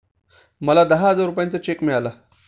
मला दहा हजार रुपयांचा चेक मिळाला